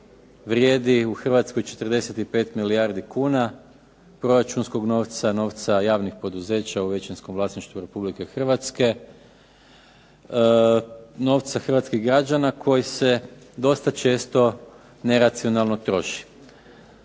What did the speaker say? vrijedi u Hrvatskoj 45 milijardi kuna proračunskog novca, novca javnih poduzeća u većinskom vlasništvu Republike Hrvatske, novca hrvatskih građana koji se dosta često neracionalno troši.